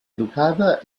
educada